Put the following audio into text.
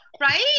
right